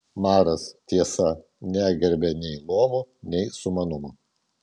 maras tiesa negerbė nei luomų nei sumanumo